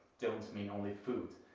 don't mean only food,